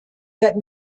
that